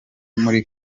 muri